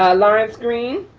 ah lawrence green.